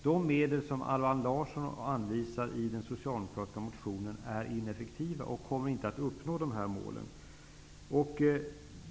De medel som Allan Larsson anvisar i den socialdemokratiska motionen är ineffektiva och kommer inte att uppnå målen.